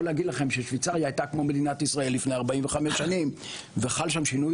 להגיד לכם ששוויצריה הייתה כמו מדינת ישראל לפני 45 שנים וחל שם שינוי